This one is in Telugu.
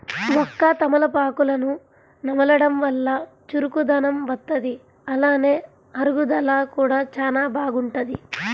వక్క, తమలపాకులను నమలడం వల్ల చురుకుదనం వత్తది, అలానే అరుగుదల కూడా చానా బాగుంటది